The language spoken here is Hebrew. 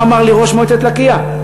מה אמר לי ראש מועצת לקיה?